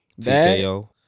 TKO